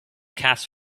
cast